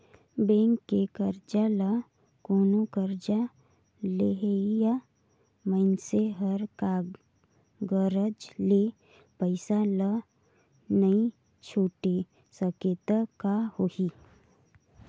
bank के करजा ल कोनो करजा लेहइया मइनसे हर करज ले पइसा ल नइ छुटे सकें त का होही